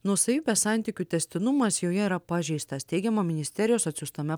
nuosavybės santykių tęstinumas joje yra pažeistas teigiama ministerijos atsiųstame